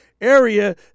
area